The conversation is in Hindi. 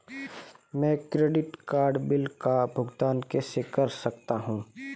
मैं क्रेडिट कार्ड बिल का भुगतान कैसे कर सकता हूं?